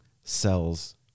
cells